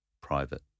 private